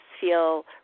feel